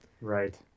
Right